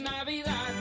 Navidad